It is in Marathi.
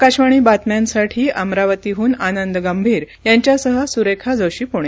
आकाशवाणी बातम्यांसाठी अमरावतीहून आनंद गंभीर यांच्यासह सुरेखा जोशी पुणे